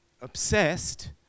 obsessed